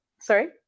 Sorry